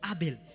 Abel